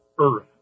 earth